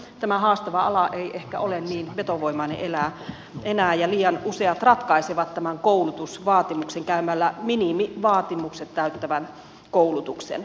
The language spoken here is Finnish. tämä haastava ala ei ehkä ole niin vetovoimainen enää ja liian useat ratkaisevat tämän koulutusvaatimuksen käymällä minimivaatimukset täyttävän koulutuksen